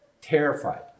Terrified